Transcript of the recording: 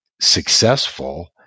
successful